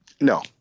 No